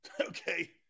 Okay